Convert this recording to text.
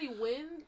win